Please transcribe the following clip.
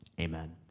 Amen